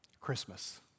Christmas